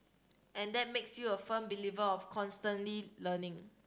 and that makes you a firm believer of constantly learning